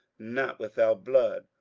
not without blood,